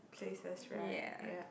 places right yup